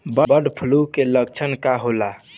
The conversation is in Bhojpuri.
बर्ड फ्लू के लक्षण का होला?